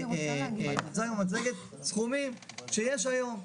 הוצג במצגת סכומים שיש היום.